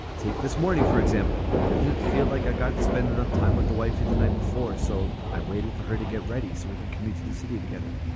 take this morning for example. i didn't feel like i got to spend enough time with the wifey the night before so i waited for her to get ready so we can commute to the city together.